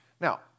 Now